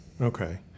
Okay